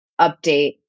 update